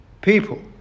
people